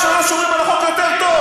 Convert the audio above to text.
אצלכם, כמה שלא שומרים על החוק יותר טוב.